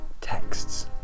texts